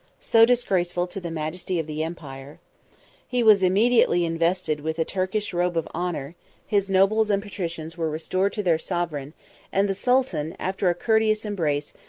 so disgraceful to the majesty of the empire he was immediately invested with a turkish robe of honor his nobles and patricians were restored to their sovereign and the sultan, after a courteous embrace,